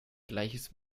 gleiches